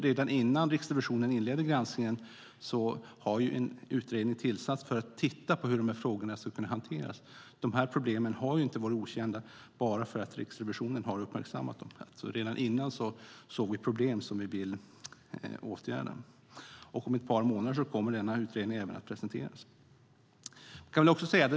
Redan innan Riksrevisionen inledde granskningen tillsattes en utredning för att titta på hur de här frågorna ska kunna hanteras. Att Riksrevisionen har uppmärksammat de här problemen innebär inte att de har varit okända. Redan tidigare såg vi problem som vi vill åtgärda. Om ett par månader kommer den här utredningen att presenteras.